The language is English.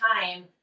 time